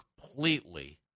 completely